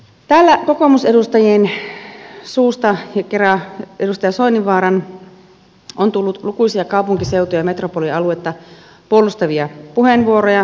täällä kokoomusedustajien suusta kera edustaja soininvaaran on tullut lukuisia kaupunkiseutu ja metropolialuetta puolustavia puheenvuoroja